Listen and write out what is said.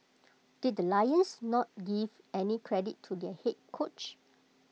did lions not give any credit to their Head coach